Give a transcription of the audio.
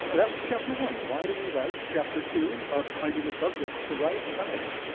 that was chapter one. why do we write? chapter two, ah finding a subject to write about.